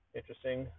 Interesting